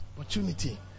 opportunity